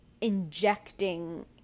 injecting